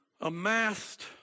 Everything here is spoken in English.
amassed